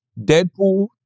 Deadpool